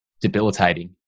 debilitating